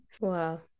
Wow